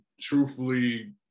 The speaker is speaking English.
truthfully